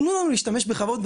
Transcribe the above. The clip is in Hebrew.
תנו לנו להשתמש בכבוד.